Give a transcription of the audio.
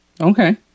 Okay